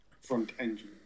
front-engine